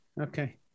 okay